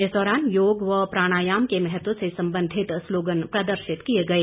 इस दौरान योग व प्राणायाम के महत्व से संबंधित स्लोगन प्रदर्शित किए गए